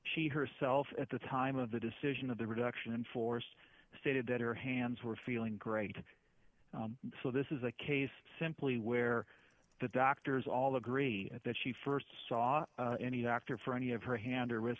she herself at the time of the decision of the reduction in force stated that her hands were feeling great so this is a case simply where the doctors all agree that she st saw any doctor for any of her hand or wrist